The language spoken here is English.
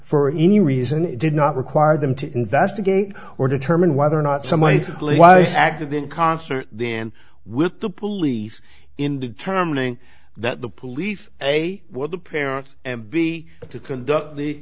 for any reason it did not require them to investigate or determine whether or not someone acted in concert then with the police in determining that the police say what the parents and b to conduct the